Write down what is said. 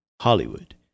Hollywood